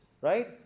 right